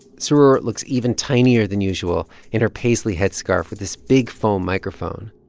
sroor looks even tinier than usual in her paisley headscarf with this big foam microphone.